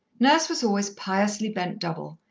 nurse was always piously bent double,